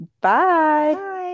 Bye